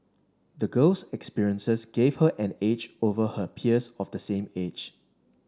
the girl's experiences gave her an edge over her peers of the same age